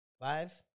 Five